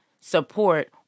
support